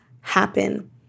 happen